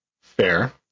Fair